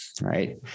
right